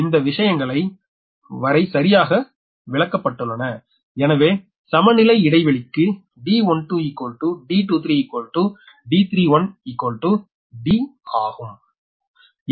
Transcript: எனவே இந்த விஷயங்கள் வரை சரியாக விளக்கப்பட்டுள்ளன எனவே சமநிலை இடைவெளிக்கு D12 D23 D31 D ஆகும்